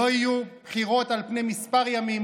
לא יהיו בחירות על פני כמה ימים,